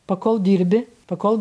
pakol dirbi pakol